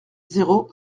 zéro